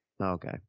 Okay